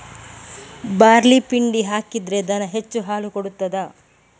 Barley ಪಿಂಡಿ ಹಾಕಿದ್ರೆ ದನ ಹೆಚ್ಚು ಹಾಲು ಕೊಡ್ತಾದ?